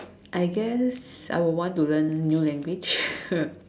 I guess I will want to learn new language